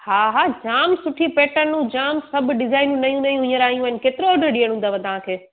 हा हा जाम सुठी पेटनूं जाम सभु डिजाइन नयूं नयूं हींअर आहियूं आहिनि केतिरो ॾिअणो अथव तव्हांखे